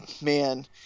man